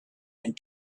and